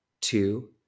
two